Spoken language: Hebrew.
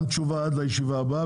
ואני מבקש תשובה על כך עד הישיבה הבאה.